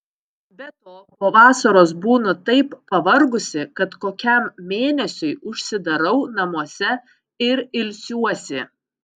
be to po vasaros būnu taip pavargusi kad kokiam mėnesiui užsidarau namuose ir ilsiuosi